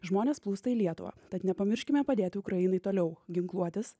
žmonės plūsta į lietuvą tad nepamirškime padėti ukrainai toliau ginkluotis